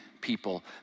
people